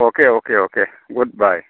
oaky okay okay goodbye